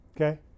Okay